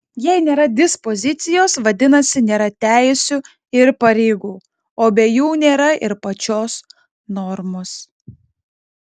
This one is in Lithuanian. jei nėra dispozicijos vadinasi nėra teisių ir pareigų o be jų nėra ir pačios normos